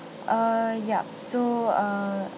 err yup so err